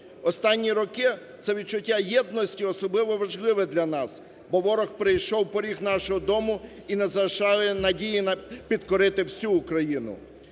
Останні роки це відчуття єдності особливо важливе для нас, бо ворог прийшов на поріг нашого дому і не залишає надії підкорити всю Україну.